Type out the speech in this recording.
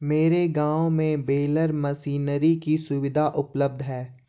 मेरे गांव में बेलर मशीनरी की सुविधा उपलब्ध है